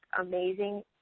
amazing